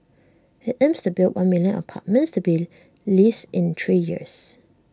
IT aims to build one million apartments to be leased in three years